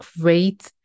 great